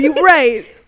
Right